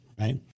right